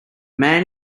man